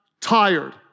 tired